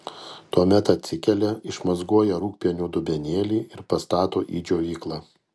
tuomet atsikelia išmazgoja rūgpienio dubenėlį ir pastato į džiovyklą